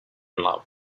love